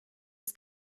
his